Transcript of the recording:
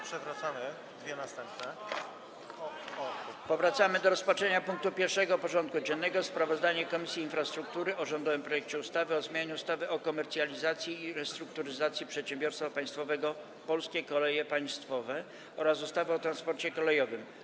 Powracamy do rozpatrzenia punktu 1. porządku dziennego: Sprawozdanie Komisji Infrastruktury o rządowym projekcie ustawy o zmianie ustawy o komercjalizacji i restrukturyzacji przedsiębiorstwa państwowego „Polskie Koleje Państwowe” oraz ustawy o transporcie kolejowym.